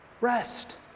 Rest